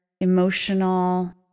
emotional